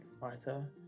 Martha